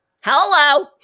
Hello